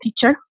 teacher